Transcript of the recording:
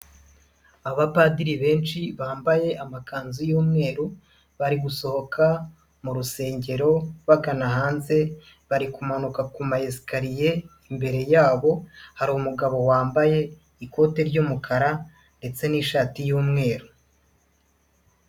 Abapadiri benshi bambaye amakanzu y'umweru bari gusohoka mu rusengero bagana hanze, bari kumanuka ku mayesikariye, imbere yabo hari umugabo wambaye ikote ry'umukara ndetse n'ishati y'umweru.